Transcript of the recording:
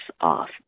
off